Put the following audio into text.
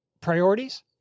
priorities